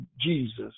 Jesus